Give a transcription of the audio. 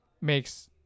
makes